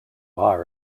are